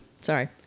Sorry